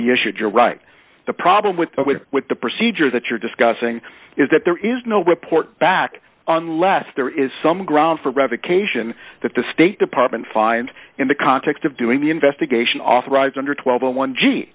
be issued you're right the problem with the with the procedure that you're discussing is that there is no report back on lest there is some grounds for revocation that the state department find in the context of doing the investigation authorized under twelve on one g